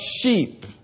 sheep